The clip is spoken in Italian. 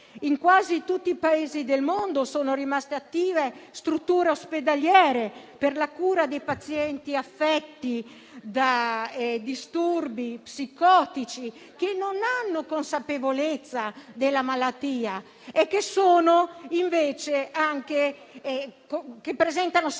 In quasi tutti i Paesi del mondo sono rimaste attive strutture ospedaliere per la cura dei pazienti affetti da disturbi psicotici, che non hanno consapevolezza della malattia e che presentano scarsa